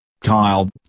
Kyle